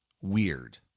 weird